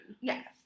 Yes